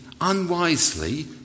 unwisely